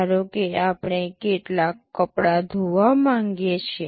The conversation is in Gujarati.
ધારો કે આપણે કેટલાક કપડા ધોવા માંગીએ છીએ